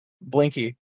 Blinky